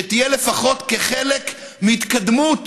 שתהיה לפחות כחלק מהתקדמות